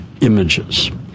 images